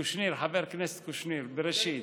חבר הכנסת קושניר, בראשית.